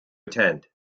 attend